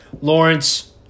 Lawrence